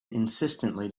insistently